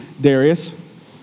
Darius